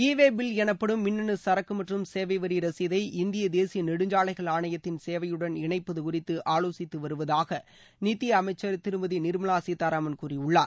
இ way bill எனப்படும் மின்னனு சரக்கு மற்றும் சேவை வரி ரசீதை இந்திய தேசிய நெடுஞ்சாலைகள் ஆணையத்தின் சேவையுடன் இணைப்பது குறித்து ஆவோசித்து வருவதாக நிதியனமச்சர் திருமதி நிர்மலா சீதாராமன் கூறியுள்ளார்